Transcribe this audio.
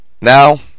Now